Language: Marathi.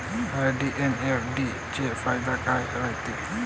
आर.डी अन एफ.डी चे फायदे काय रायते?